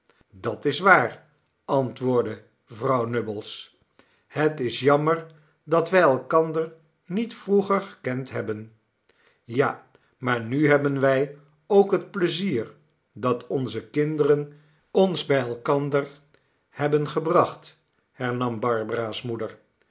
dat is waar antwoordde vrouw nubbles het is jammer dat wij elkander niet vroeger gekend hebben ja maar nu hebben wij ook het pleizier dat onze kinderen ons bij elkander hebben gebracht hernam barbara's moeder